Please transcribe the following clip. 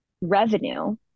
revenue